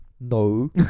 no